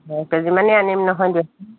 দহ কেজিমানেই আনিম নহয়